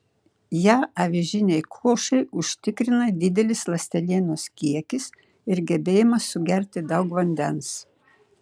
ją avižinei košei užtikrina didelis ląstelienos kiekis ir gebėjimas sugerti daug vandens